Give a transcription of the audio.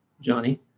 Johnny